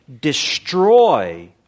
destroy